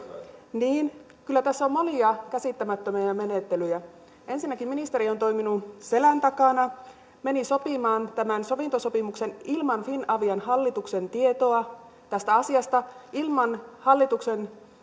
niin kyllä tässä on monia käsittämättömiä menettelyjä ensinnäkin ministeri on toiminut selän takana meni sopimaan tämän sovintosopimuksen ilman finavian hallituksen tietoa tästä asiasta ilman hallituksen toimitusjohtaja